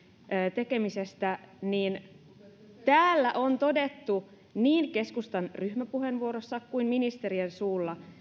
tekemisestä täällä on todettu niin keskustan ryhmäpuheenvuorossa kuin ministerien suulla